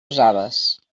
usades